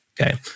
okay